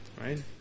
right